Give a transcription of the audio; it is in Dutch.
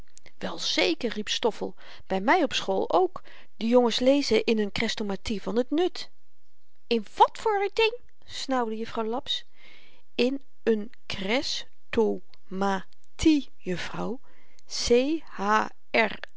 wel zeker riep stoffel by my op school ook de jongens lezen in n chrestomathie van t nut in wàt voor n ding snauwde juffrouw laps in n chres to ma thie juffrouw